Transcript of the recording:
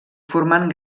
formant